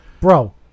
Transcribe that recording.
Bro